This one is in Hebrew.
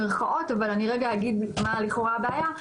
אבל אני רגע אגיד לכאורה הבעיה.